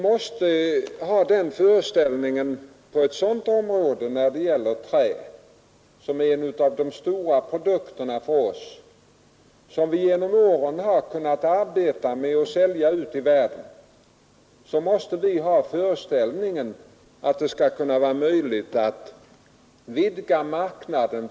När det gäller en sådan vara som trä, som är en av de stora produkterna för oss och som vi under åren har kunnat sälja ute i världen, måste vi ha den utgångspunkten att det skall vara möjligt att vidga marknaden.